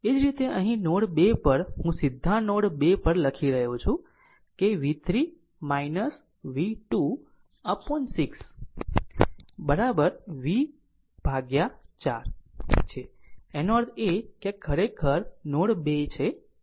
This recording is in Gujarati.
એ જ રીતે અહીં નોડ 2 પર હું સીધા નોડ 2 પર લખી રહ્યો છું કે v3 v2 upon 6 v 4 છે તેનો અર્થ એ કે ખરેખર આ નોડ 2 છે આ નોડ 2 છે